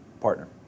partner